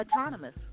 autonomous